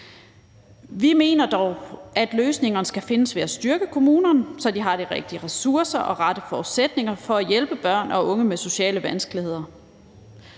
Vi mener dog, at løsningerne skal findes ved at styrke kommunerne, så de har de rigtige ressourcer og rette forudsætninger for at hjælpe børn og unge med sociale vanskeligheder.